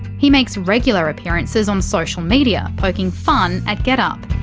he makes regular appearances on social media, poking fun at getup.